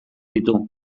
ditu